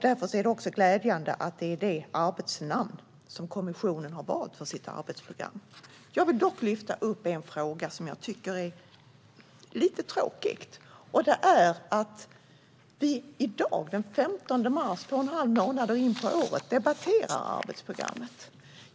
Därför är det också glädjande att det är det arbetsnamn som kommissionen har valt för sitt arbetsprogram. Jag vill dock lyfta upp en fråga som jag tycker är lite tråkig, och det är att vi i dag, den 15 mars, två och en halv månad in på året debatterar arbetsprogrammet.